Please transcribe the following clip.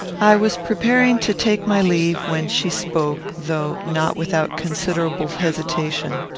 i was preparing to take my leave when she spoke, though not without considerable hesitation